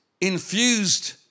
infused